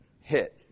hit